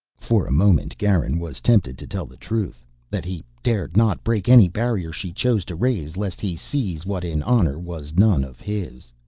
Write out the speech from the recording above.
for a moment garin was tempted to tell the truth that he dared not break any barrier she chose to raise, lest he seize what in honor was none of his.